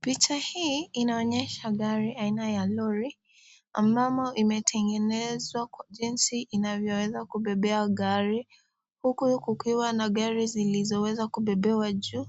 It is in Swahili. Picha hii inaonyesha gari aina ya lori ambamo imetengenezwa kwa jinsi inavyoweza kubebea gari huku kukiwa na gari zilizoweza kubebewa juu